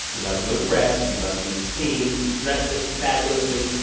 he loves doing press. he loves being seen. he dresses fabulously.